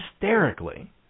hysterically